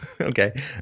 Okay